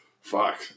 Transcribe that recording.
Fuck